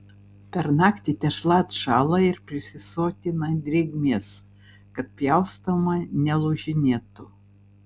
per naktį tešla atšąla ir prisisotina drėgmės kad pjaustoma nelūžinėtų